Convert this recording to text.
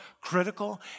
critical